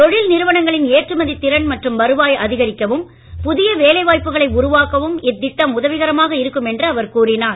தொழில் நிறுவனங்களின் ஏற்றுமதித் திறன் மற்றும் வருவாயை அதிகரிக்கவும் புதிய வேலை வாய்ப்புகளை உருவாக்கவும் இத்திட்டம் உதவிகரமாக இருக்கும் என்று அவர் கூறினார்